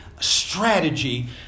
strategy